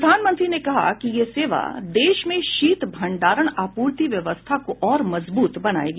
प्रधानमंत्री ने कहा कि यह सेवा देश में शीत भंडारण आपूर्ति व्यवस्था को और मजबूत बनाएगी